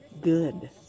Good